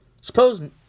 Suppose